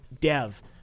dev